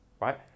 right